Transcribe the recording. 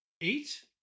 eight